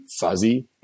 fuzzy